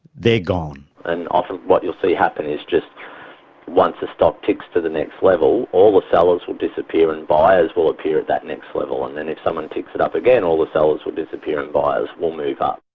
they're gone. and often what you'll see happen is just once a stock ticks to the next level, all the sellers will disappear and buyers will appear at that next level. and if someone picks it up again, all the sellers will disappear and buyers will move up.